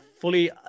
fully